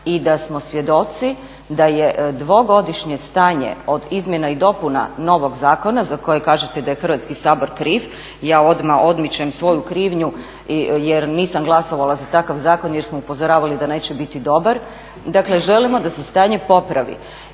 i da smo svjedoci da je dvogodišnje stanje od izmjena i dopuna novog zakona za kojeg kažete da je Hrvatski sabor kriv, ja odmah odmičem svoju krivnju jer nisam glasovala za takav zakon jer smo upozoravali da neće biti dobar. Dakle, želimo da se stanje popravi